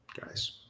guys